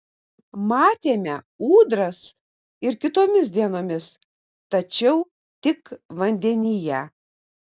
matėme ūdras ir kitomis dienomis tačiau tik vandenyje